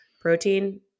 protein